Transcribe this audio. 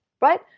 right